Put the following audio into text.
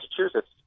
Massachusetts